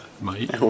Mate